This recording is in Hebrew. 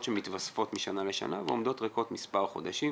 שמתווספות משנה לשנה ועומדות ריקות מספר חודשים.